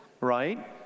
right